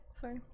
Sorry